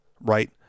right